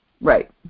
Right